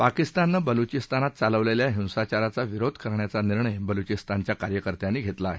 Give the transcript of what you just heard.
पाकिस्ताननं बलुचिस्तानात चालवलेल्या हिसाचाराचा विरोध करण्याचा निर्णय बलुचिस्तानच्या कार्यकर्त्यांनी घेतला आहे